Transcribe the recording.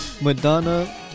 Madonna